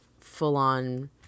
full-on